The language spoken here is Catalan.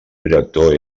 director